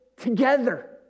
together